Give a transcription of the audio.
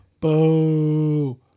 Boo